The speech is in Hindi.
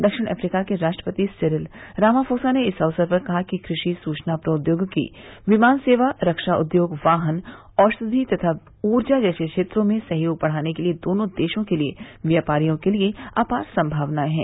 दक्षिण अफ्रीका के राष्ट्रपति सिरिल रामाफोसा ने इस अवसर पर कहा कि कृषि सूचना प्रौद्योगिकी विमान सेवा रक्षा उद्योग वाहन औषधि और ऊर्जा जैसे क्षेत्रों में सहयोग बढ़ाने के लिए दोनों देशों के लिए व्यापारियों के लिए अपार संभावनाए हैं